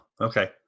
Okay